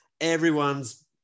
everyone's